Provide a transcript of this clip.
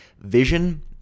vision